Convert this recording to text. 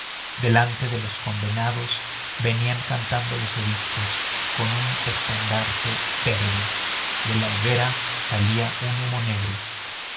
delante de los condenados venían cantando los obispos con un estandarte verde de la hoguera salía un humo negro